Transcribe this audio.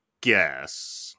guess